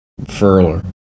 furler